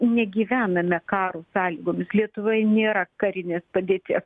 negyvename karo sąlygomis lietuvoj nėra karinės padėties